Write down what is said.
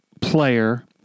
player